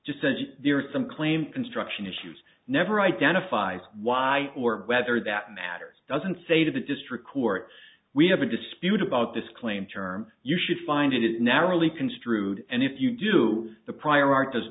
just said there is some claim construction issues never identifies why or whether that matters doesn't say to the district court we have a dispute about this claim term you should find it narrowly construed and if you do the prior ar